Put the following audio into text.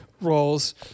Roles